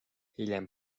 hiljem